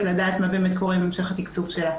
לדעת מה באמת קורה עם המשך התקצוב שלה.